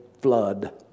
Flood